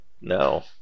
no